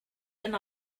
and